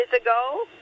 ago